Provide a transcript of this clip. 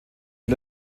der